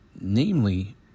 namely